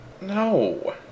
No